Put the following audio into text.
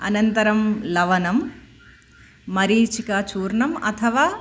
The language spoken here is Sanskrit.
अनन्तरं लवणं मरीचिकाचूर्णम् अथवा